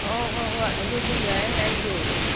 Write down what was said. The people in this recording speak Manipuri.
ꯑꯣ ꯍꯣꯏ ꯍꯣꯏ ꯑꯗꯨꯁꯨ ꯌꯥꯏ ꯑꯩꯒꯤ